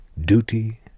duty